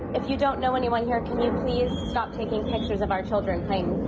if you don't know anyone here, can you please stop taking pictures of our children playing